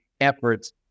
efforts